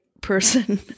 person